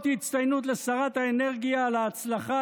אות הצטיינות לשרת האנרגיה על ההצלחה